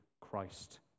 Christ